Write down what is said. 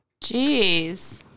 Jeez